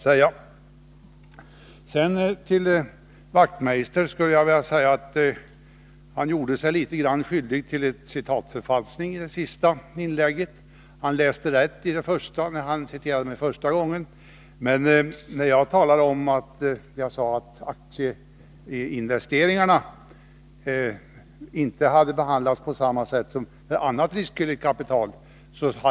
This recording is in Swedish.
Sedan vill jag säga att Knut Wachtmeister gjorde sig skyldig till citatförfalskning i sitt senaste inlägg. Han läste rätt när han citerade mig första gången, men jag har aldrig sagt att aktieinvesteringarna inte har behandlats på samma sätt som annat riskvilligt kapital.